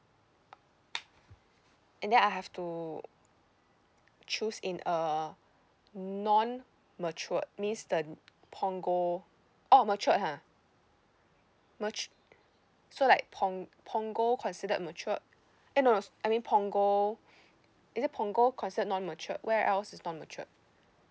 and then I have to choose in a non matured means the punggol oh matured ha matu~ so like pung~ punggol considered matured eh no I mean punggol is it punggol considered non matured where else is non matured